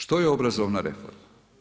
Što je obrazovna reforma?